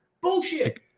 Bullshit